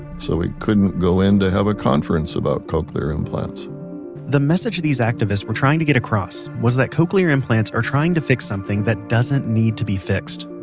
so we couldn't go in to have a conference about cochlear implants the message these activists were trying to get across was that cochlear implants are trying to fix something that doesn't need to be fixed.